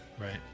Right